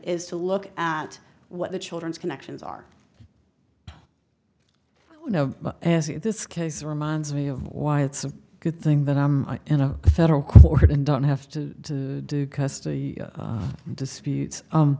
is to look at what the children's connections are well you know this case reminds me of why it's a good thing that i'm in a federal court and don't have to do custody dispute